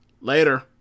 Later